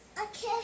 okay